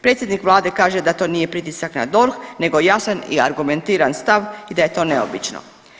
Predsjednik vlade kaže da to nije pritisak na DORH nego jasan i argumentiran stav i da je to neobično.